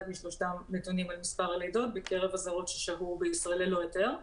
משלושתם נתונים על מספר הלידות בקרב הזרות ששהו בישראל ללא היתר,